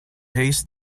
haste